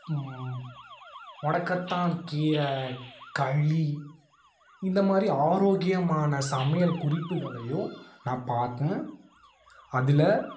முடக்கத்தான் கீரை களி இந்த மாதிரி ஆரோக்கியமான சமையல் குறிப்புகளையும் நான் பார்த்தேன் அதில்